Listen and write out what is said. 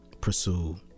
pursue